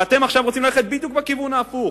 אתם רוצים עכשיו ללכת בדיוק בכיוון ההפוך.